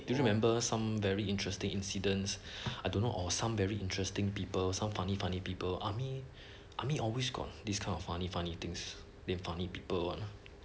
do you remember some very interesting incidents I don't know or some very interesting people some funny funny people army army always got this kind of funny funny things and funny people one army lah